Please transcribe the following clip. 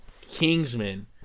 Kingsman